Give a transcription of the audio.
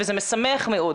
וזה משמח מאוד.